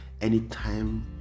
anytime